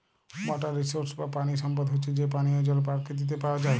water resources বা পানি সম্পদ হচ্যে যে পানিয় জল পরকিতিতে পাওয়া যায়